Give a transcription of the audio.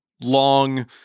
long